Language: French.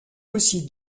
aussi